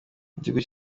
igihugu